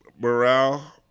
Morale